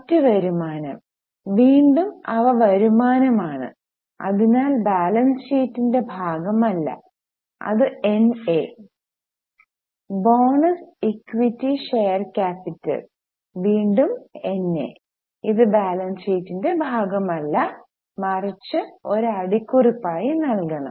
മറ്റ് വരുമാനം വീണ്ടും അവ വരുമാനമാണ് അതിനാൽ ബാലൻസ് ഷീറ്റിന്റെ ഭാഗം അല്ല അത് NA bonus equity share capital വീണ്ടും എൻഎ ഇത് ബാലൻസ് ഷീറ്റിന്റെ ഭാഗമല്ല മറിച്ച് ഒരു അടിക്കുറിപ്പായി നൽകണം